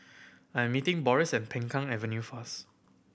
I'm meeting Boris at Peng Kang Avenue first